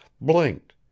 blinked